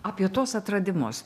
apie tuos atradimus